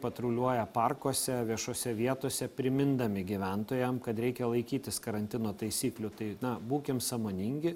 patruliuoja parkuose viešose vietose primindami gyventojam kad reikia laikytis karantino taisyklių tai na būkim sąmoningi